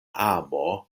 amo